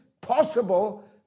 possible